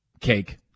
cake